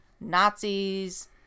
Nazis